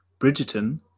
Bridgerton